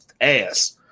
ass